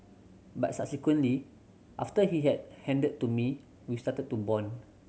but subsequently after he has handed to me we started to bond